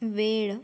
वेळ